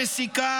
למה?